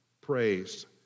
praised